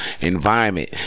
environment